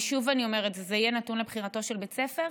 שוב אני אומרת שזה יהיה נתון לבחירתו של בית הספר.